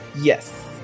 Yes